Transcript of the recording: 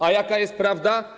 A jaka jest prawda?